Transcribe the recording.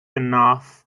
enough